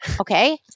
okay